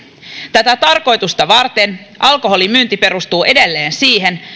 tätä tarkoitusta varten alkoholin myynti perustuu edelleen siihen